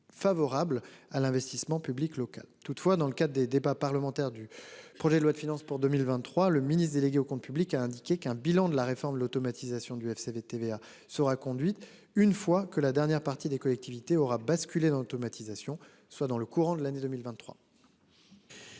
favorable à l'investissement public local. Toutefois, dans le cadre des débats parlementaires du projet de loi de finances pour 2023, le ministre délégué aux comptes publics a indiqué qu'un bilan de la réforme de l'automatisation du FCV TVA sera conduite. Une fois que la dernière partie des collectivités aura basculé dans l'automatisation, soit dans le courant de l'année 2023.--